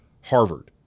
Harvard